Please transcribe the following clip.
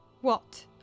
What